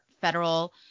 federal